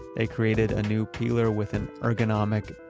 they created a new peeler with an ergonomic,